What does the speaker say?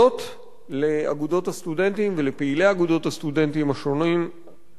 לאגודות הסטודנטים ולפעילי אגודות הסטודנטים השונים על